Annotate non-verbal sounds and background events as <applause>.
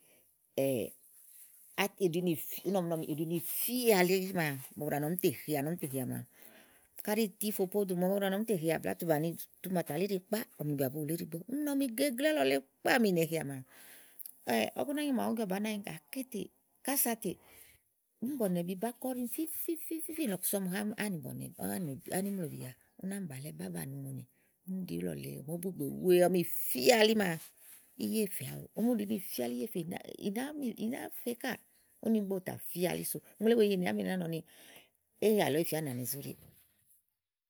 <hesitation> a ùɖì ni ì fi úni ɔmi nɔ ni ú ɖi ì fía elí maa màa bu ɖàa nɔ ni ɔmi ítè hea ni ɔmi ítè hea maa kaɖi ìti fò podù mòmàa bu ɖàa nɔ ni ɔmi ítè heà ɔ̀mì nì bìà tu bàni tu màtà li íɖi kpá ɔ̀mì nì bìà bu wùlì íɖigbo úni ɔmi gegle ílɔ̀ lèe kpá ɔmi ì nèe heà maa káèè ɔkúná nyia màawu ùú jɔ bàá nànyi gàké tè, kása tè níì bɔ̀nɛ̀bi bá kɔ úɖi fífífífíì ni lɔ̀ ku sú ɔmi ne áànìbɔ̀nɛ̀, áwá ni mloòbi yàaa. úni ámì bàlɛ́ bá banìi ùŋonì úni úni ɖi ílɔ̀ lèe ò mòó bu ìgbè wèe ni ù ɖi ni ìfía elí maa í wé fè awu ɔmi ù ɖi ni ì fía ɛɖi í wéè fè ì nàá, ìnàá fe káà úni ígb ówo tàfía elí sú ùŋle wèe zàyi ènì èle ú náa nɔ ni éyi alɔ ée fìía énàani zóɖiì.